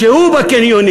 ביניים, שהוא בקניונים,